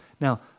Now